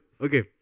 okay